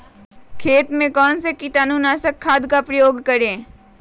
खेत में कौन से कीटाणु नाशक खाद का प्रयोग करें?